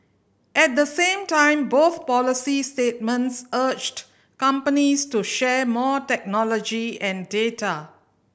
at the same time both policies statements urged companies to share more technology and data